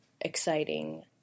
exciting